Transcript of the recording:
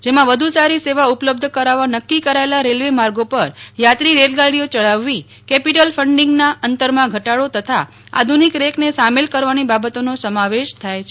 જેમાં વધુ સારી સેવા ઉપલબ્ધ કરાવવા નક્કી કરાયેલા રેલવે માર્ગો પર યાત્રી રેલગાડીઓ યલાવવી કેપિટલ ફ઼ડિગના અંતરમાં ઘટાડો તથા આધુનિક રેકને સામેલ કરવાની બાબતોનો સમાવેશ થાય છે